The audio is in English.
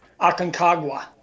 Aconcagua